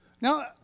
Now